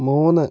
മൂന്ന്